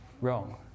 wrong